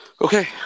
Okay